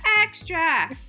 extra